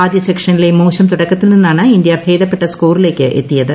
ആദ്യ സെക്ഷനിലെ മോശം തുടക്കത്തിൽ നിസ്ന്റണ്ട് ഇന്ത്യ ഭേദപ്പെട്ട സ്കോറിലേക്ക് എത്തിയത്